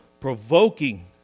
provoking